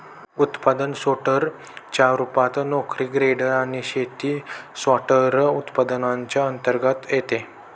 उत्पादन सोर्टर च्या रूपात, नोकरी ग्रेडर आणि शेती सॉर्टर, उत्पादनांच्या अंतर्गत येते